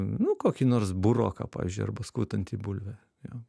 nu kokį nors buroką pavyzdžiui arba skaudantį bulvę jo